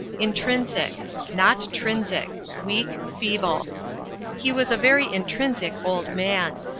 intrinsic not trinsic weak, feeble he was a very intrinsic old man.